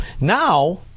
Now